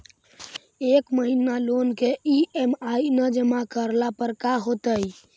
एक महिना लोन के ई.एम.आई न जमा करला पर का होतइ?